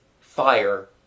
fire